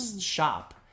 shop